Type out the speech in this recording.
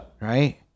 Right